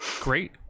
Great